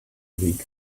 league